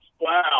Wow